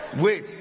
Wait